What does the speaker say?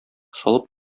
салып